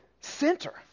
center